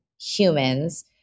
humans